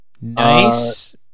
Nice